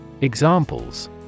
Examples